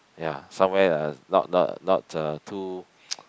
ya somewhere uh not not not uh too